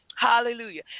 Hallelujah